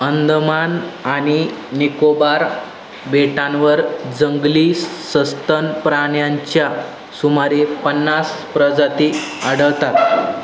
अंदमान आणि निकोबार बेटांवर जंगली सस्तन प्राण्यांच्या सुमारे पन्नास प्रजाती आढळतात